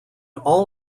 all